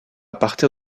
partir